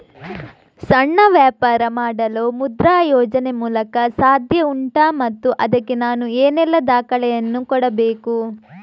ಸಣ್ಣ ವ್ಯಾಪಾರ ಮಾಡಲು ಮುದ್ರಾ ಯೋಜನೆ ಮೂಲಕ ಸಾಧ್ಯ ಉಂಟಾ ಮತ್ತು ಅದಕ್ಕೆ ನಾನು ಏನೆಲ್ಲ ದಾಖಲೆ ಯನ್ನು ಕೊಡಬೇಕು?